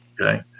okay